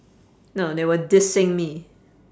no they were dissing me